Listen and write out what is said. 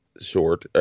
short